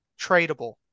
tradable